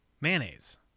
Mayonnaise